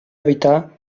evitar